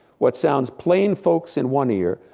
what sounds plain folks in one ear,